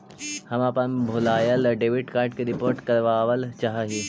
हम अपन भूलायल डेबिट कार्ड के रिपोर्ट करावल चाह ही